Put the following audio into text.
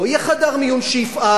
לא יהיה חדר מיון שיפעל,